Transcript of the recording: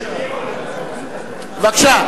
בבקשה.